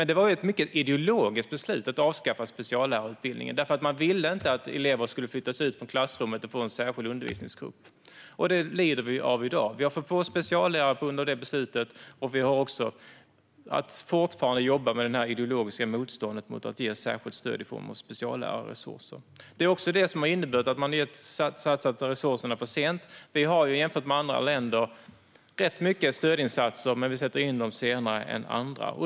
Det var ett mycket ideologiskt beslut att avskaffa speciallärarutbildningen. Man ville inte att elever skulle flyttas ut från klassrummet och gå i en särskild undervisningsgrupp. Det lider vi av i dag. Det finns för få speciallärare på grund av det beslutet, och vi måste fortfarande jobba med det ideologiska motståndet mot att ge särskilt stöd i form av speciallärarresurser. Detta har inneburit att resurserna har satsats för sent. I Sverige finns jämfört med andra länder rätt mycket stödinsatser, men de sätts in senare än andra.